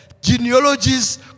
genealogies